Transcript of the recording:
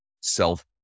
self